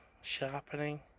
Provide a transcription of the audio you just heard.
sharpening